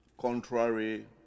contrary